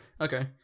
Okay